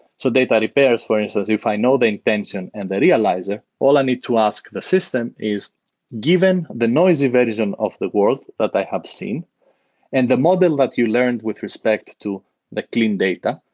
so data repairs, for instance, if i know the intention and the realizer, all i need to ask the system is given the noisy version version of the world that i have seen and the model that you learned with respect to the clean data,